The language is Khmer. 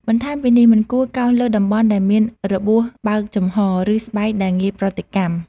បន្ថែមពីនេះ មិនគួរកោសលើតំបន់ដែលមានរបួសបើកចំហរ ឬស្បែកដែលងាយប្រតិកម្ម។